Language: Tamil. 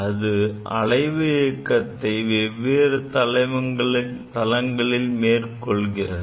அது அலைவு இயக்கத்தை வெவ்வேறு தளங்களில் மேற்கொள்கிறது